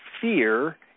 fear